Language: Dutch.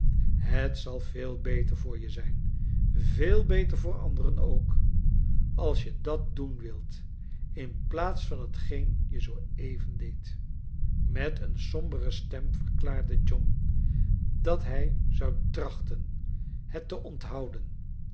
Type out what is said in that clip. het zal veel beter voor je zijn veel beter voor anderen ook als je dat doen wilt in plaats van hetgeen je zoo even deedt met een sombere stem verklaarde john dat hij zou trachten het te onthouden